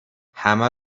همه